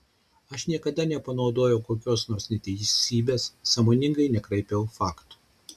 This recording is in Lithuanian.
aš niekada nepanaudojau kokios nors neteisybės sąmoningai nekraipiau faktų